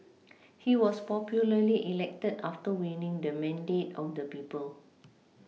he was popularly elected after winning the mandate on the people